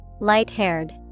Light-haired